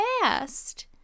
fast